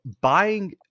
buying